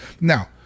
Now